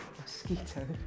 mosquito